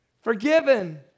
Forgiven